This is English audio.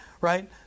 right